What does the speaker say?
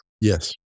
Yes